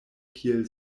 kiel